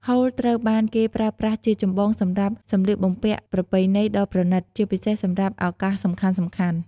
ហូលត្រូវបានគេប្រើប្រាស់ជាចម្បងសម្រាប់សំលៀកបំពាក់ប្រពៃណីដ៏ប្រណីត ជាពិសេសសម្រាប់ឱកាសសំខាន់ៗ។